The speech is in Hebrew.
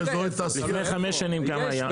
לפני חמש שנים כמה היה?